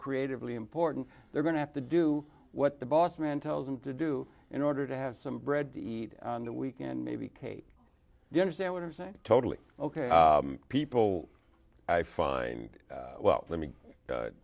creatively important they're going to have to do what the boss man tells them to do in order to have some bread to eat on the weekend maybe cape the understand what i'm saying totally ok people i find well let me